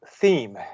theme